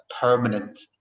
permanent